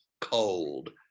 cold